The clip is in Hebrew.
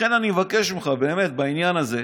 לכן אני מבקש ממך באמת בעניין הזה,